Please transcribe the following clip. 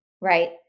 right